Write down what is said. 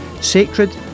Sacred